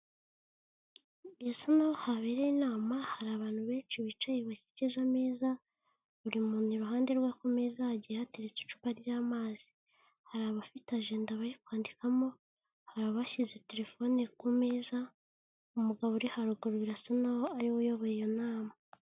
Bisa naho habereye inama, hari abantu benshi bicaye bakikije ameza, buri muntu iruhande rwe ku meza hagiye hateretse icupa ry'amazi, hari abafite ajenda bari kwandikamo, hari abashyize terefone ku meza, umugabo uri haruguru birasa naho ariwe uyoboye iyo nama.